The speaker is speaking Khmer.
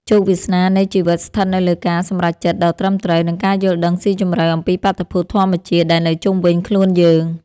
ជោគវាសនានៃជីវិតស្ថិតនៅលើការសម្រេចចិត្តដ៏ត្រឹមត្រូវ និងការយល់ដឹងស៊ីជម្រៅអំពីបាតុភូតធម្មជាតិដែលនៅជុំវិញខ្លួនយើង។